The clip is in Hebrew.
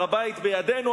הר-הבית בידינו,